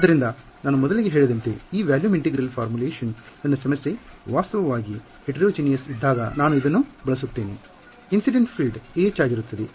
ಆದ್ದರಿಂದ ನಾನು ಮೊದಲಿಗೆ ಹೇಳಿದಂತೆ ಈ ಪರಿಮಾಣದವ್ಯಾಲ್ಯೂಮ್ ಇಂಟಿಗ್ರಲ್ ಫಾರ್ಮುಲೆಷನ್ ನನ್ನ ಸಮಸ್ಯೆ ವಾಸ್ತವವಾಗಿ ಭಿನ್ನಜಾತಿಯಾಗಿದ್ದಾಗ ಇದ್ದಾಗ ನಾನು ಇದನ್ನು ಬಳಸುತ್ತೇನೆ ಇನ್ಸಿಡೆಂಟ್ ಫೀಲ್ಡ್ ah ಆಗಿರುತ್ತದೆ